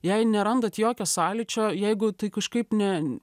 jei nerandat jokio sąlyčio jeigu tai kažkaip ne